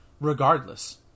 regardless